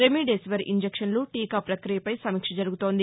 remdesivir ఇంజెక్షన్లు టీకా పక్రియపై సమీక్ష జరుగుతోంది